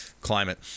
climate